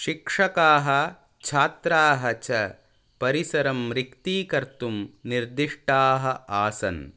शिक्षकाः छात्राः च परिसरं रिक्तीकर्तुं निर्दिष्टाः आसन्